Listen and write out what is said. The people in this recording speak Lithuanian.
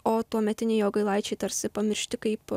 o tuometiniai jogailaičiai tarsi pamiršti kaip